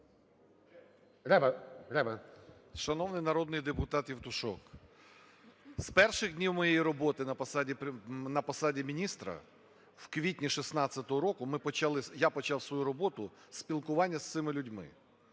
РЕВА А.О. Шановний народний депутатЄвтушок, з перших днів моєї роботи на посаді міністра в квітні 16-го року ми почали... я почав свою роботу зі спілкування з цими людьми.